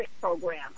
program